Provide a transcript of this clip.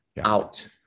out